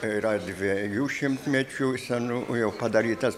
yra dviejų šimtmečių senu jau padarytas